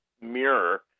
mirror